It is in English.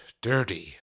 dirty